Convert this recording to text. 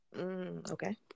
Okay